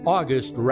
August